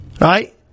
Right